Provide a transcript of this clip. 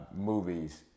movies